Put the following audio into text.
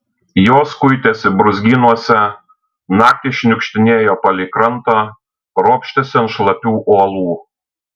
jos kuitėsi brūzgynuose naktį šniukštinėjo palei krantą ropštėsi ant šlapių uolų